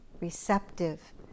Receptive